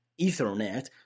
Ethernet